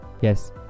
yes